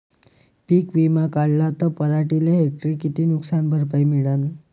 पीक विमा काढला त पराटीले हेक्टरी किती नुकसान भरपाई मिळीनं?